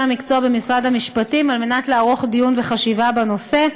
המקצוע במשרד המשפטים על מנת לערוך דיון וחשיבה בנושא.